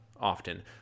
often